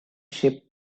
sheep